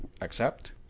accept